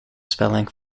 spelling